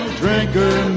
drinker